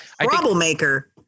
troublemaker